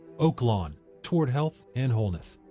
oaklawn toward health and wholeness.